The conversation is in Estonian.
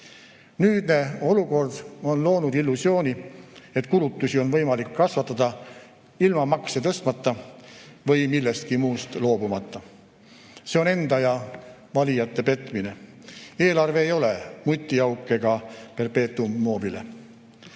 Nüüdne olukord on loonud illusiooni, et kulutusi on võimalik kasvatada ilma makse tõstmata või millestki muust loobumata. See on enda ja valijate petmine. Eelarve ei ole mutiauk egaperpetuum mobile.